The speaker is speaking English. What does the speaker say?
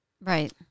Right